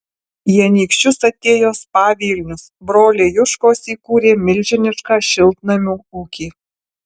į anykščius atėjo spa vilnius broliai juškos įkūrė milžinišką šiltnamių ūkį